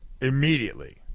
immediately